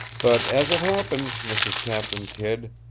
but, as it happens, mrs. captain kidd